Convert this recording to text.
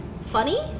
funny